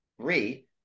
three